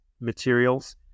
materials